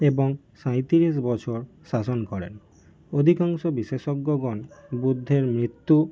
এবং সাঁইত্রিশ বছর শাসন করেন অধিকাংশ বিশেষজ্ঞগণ বুদ্ধের মৃত্যু